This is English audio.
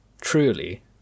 truly